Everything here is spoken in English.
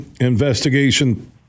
investigation